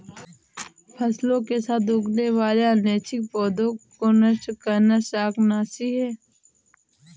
फसलों के साथ उगने वाले अनैच्छिक पौधों को नष्ट करना शाकनाशी है